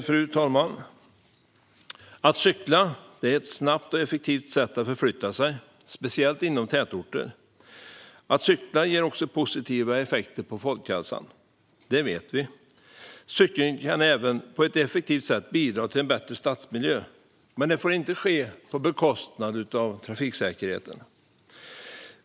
Fru talman! Att cykla är ett snabbt och effektivt sätt att förflytta sig, speciellt inom tätorter. Vi vet att det också ger positiva effekter på folkhälsan. Cykeln kan även på ett effektivt sätt bidra till en bättre stadsmiljö, men det får inte ske på bekostnad av trafiksäkerheten.